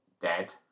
dead